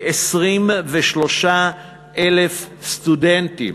כ-23,000 סטודנטים,